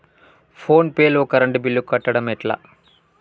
Phone pay లో current bill కట్టడం ఎట్లా?